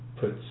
puts